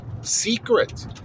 secret